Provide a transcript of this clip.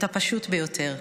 את הפשוט ביותר,